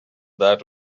that